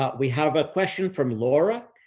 ah we have a question from laura.